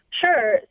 Sure